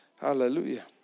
Hallelujah